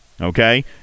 okay